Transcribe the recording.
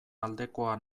aldekoa